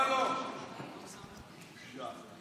הם רצו לבצע פיגוע נוסף.